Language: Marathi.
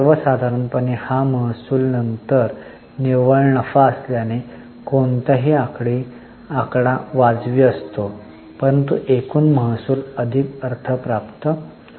सर्व साधारणपणे हा महसूल नंतर निव्वळ नफा असल्याने कोणताही आकडा वाजवी असतो परंतु एकूण महसूल अधिक अर्थ प्राप्त होतो